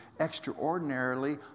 extraordinarily